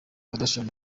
kardashian